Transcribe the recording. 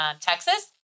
Texas